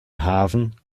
hafen